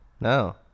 No